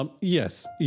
Yes